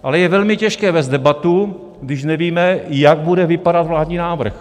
Ale je velmi těžké vést debatu, když nevíme, jak bude vypadat vládní návrh.